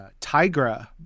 Tigra